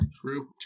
True